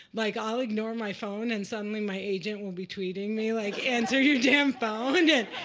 like, i'll ignore my phone, and suddenly my agent will be tweeting me, like answer your damn phone. and and